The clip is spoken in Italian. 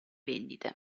vendite